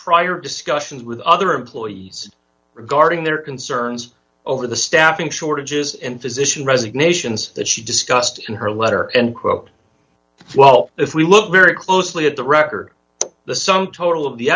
prior discussions with other employees regarding their concerns over the staffing shortages and physician resignations that she discussed in her letter and quote well if we look very closely at the record the sum total of the